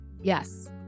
Yes